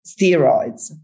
steroids